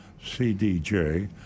CDJ